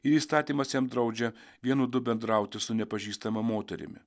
ir įstatymas jam draudžia vienu du bendrauti su nepažįstama moterimi